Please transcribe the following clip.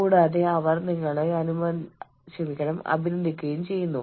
കൂടാതെ നിങ്ങൾക്ക് വ്യക്തിപരമായ ഘടകങ്ങളുമുണ്ട്